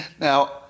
Now